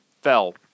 fell